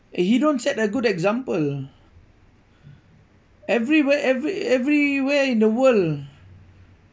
he don't set a good example everywhere every everywhere in the world